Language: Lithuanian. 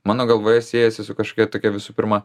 mano galvoje siejasi su kažkokia tokia visų pirma